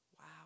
Wow